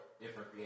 different